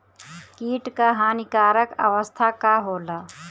कीट क हानिकारक अवस्था का होला?